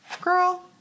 Girl